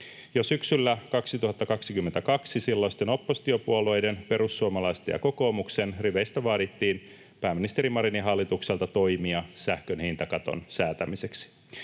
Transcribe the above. Jo syksyllä 2022 silloisten oppositiopuolueiden, perussuomalaisten ja kokoomuksen, riveistä vaadittiin pääministeri Marinin hallitukselta toimia sähkön hintakaton säätämiseksi.